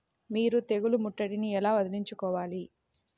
మీరు తెగులు ముట్టడిని ఎలా వదిలించుకోవాలి?